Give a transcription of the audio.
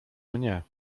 mnie